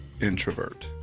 introvert